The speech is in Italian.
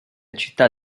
città